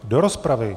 Do rozpravy?